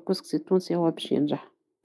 الطبق ونشجع الحكام على تجربته.